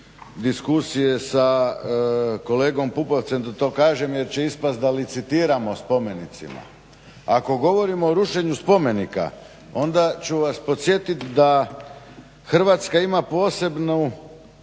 Hrvatska ima posebnu